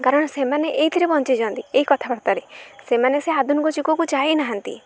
କାରଣ ସେମାନେ ଏଇଥିରେ ବଞ୍ଚିଛନ୍ତି ଏଇ କଥାବାର୍ତ୍ତାରେ ସେମାନେ ସେ ଆଧୁନିକ ଯୁଗକୁ ଯାଇନାହାନ୍ତି